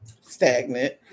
stagnant